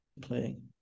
playing